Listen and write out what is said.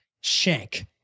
Shank